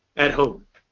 at home.